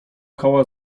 koła